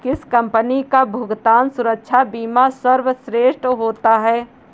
किस कंपनी का भुगतान सुरक्षा बीमा सर्वश्रेष्ठ होता है?